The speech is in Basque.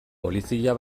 polizia